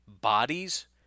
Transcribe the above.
bodies